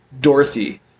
Dorothy